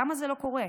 למה זה לא קורה?